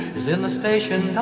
is in the station. ah